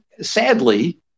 sadly